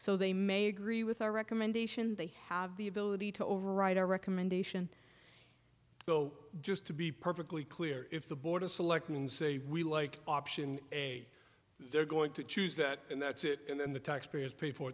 so they may agree with our recommendation they have the ability to override our recommendation so just to be perfectly clear if the board of selectmen say we like option a they're going to choose that and that's it and then the taxpayers pay for